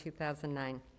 2009